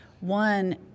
One